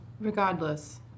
Regardless